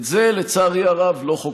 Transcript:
את זה לצערי הרב לא חוקרים.